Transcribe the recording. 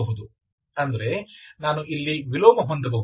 ಅಂದರೆ ನಾನು ಇಲ್ಲಿ ವಿಲೋಮ ಹೊಂದಬಹುದು